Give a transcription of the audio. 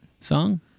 Song